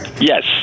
Yes